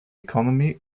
economy